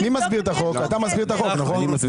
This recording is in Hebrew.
בחוק איך אתה יודע